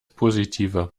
positive